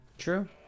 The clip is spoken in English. true